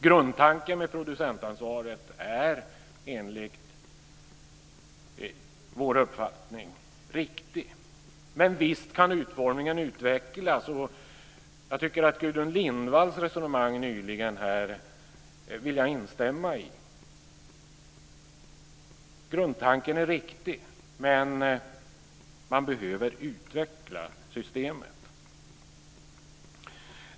Grundtanken med producentansvaret är enligt vår uppfattning riktig. Men visst kan utformningen utvecklas. Gudrun Lindvalls resonemang nyligen vill jag instämma i. Grundtanken är riktig, men man behöver utveckla systemet.